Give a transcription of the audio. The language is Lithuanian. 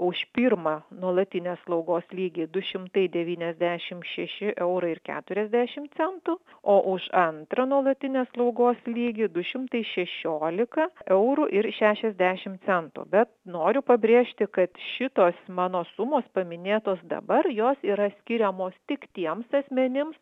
už pirmą nuolatinės slaugos lygį du šimtai devyniasdešim šeši eurai ir keturiasdešim centų o už antrą nuolatinės slaugos lygį du šimtai šešiolika eurų ir šešiasdešim centų bet noriu pabrėžti kad šitos mano sumos paminėtos dabar jos yra skiriamos tik tiems asmenims